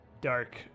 dark